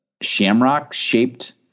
shamrock-shaped